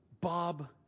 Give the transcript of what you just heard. Bob